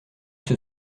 que